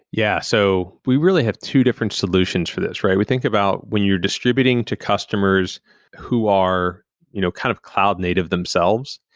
yeah. so we really have two different solutions for this. we think about when you're distributing to customers who are you know kind of cloud native themselves,